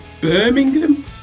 Birmingham